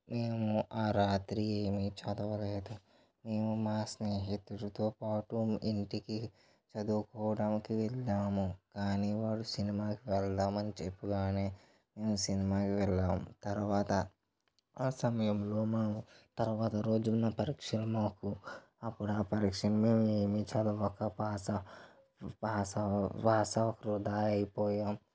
మేము ఆ రాత్రి ఏమీ చదవలేదు మేము మా స్నేహితుడితో పాటు ఇంటికి చదువుకోవడానికి వెళ్ళాము కానీ వాడు సినిమాకి వెళ్దాం అని చెప్పగానే మేము సినిమాకి వెళ్ళాం తర్వాత ఆ సమయంలో మేము తర్వాత రోజున్న పరీక్షలు మాకు అప్పుడు ఆ పరీక్షలు ఏమీ చదవక పాస పాస పాస్ అవ్వక వృధా అయిపోయాం